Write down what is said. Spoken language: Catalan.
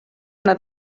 una